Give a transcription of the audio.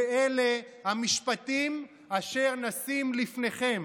ואלה המשפטים אשר נשים לפניכם: